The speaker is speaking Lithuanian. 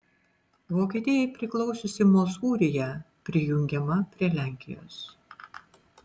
vokietijai priklausiusi mozūrija prijungiama prie lenkijos